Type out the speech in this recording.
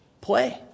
play